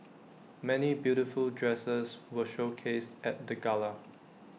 many beautiful dresses were showcased at the gala